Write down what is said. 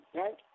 right